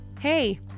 Hey